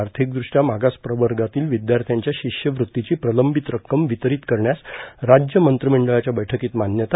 आर्थिकद्रष्ट्या मागास प्रवर्गातील विद्यार्थ्यांच्या शिष्यवृत्तीची प्रलंबित रक्कम वितरित करण्यास राज्य मंत्रिमंडळाच्या बैठकीत मान्यता